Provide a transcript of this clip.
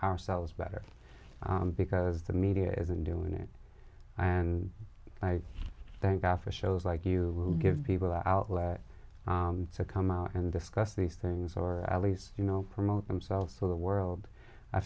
ourselves better because the media isn't doing it and i think after shows like you give people an outlet to come out and discuss these things or at least you know promote themselves to the world i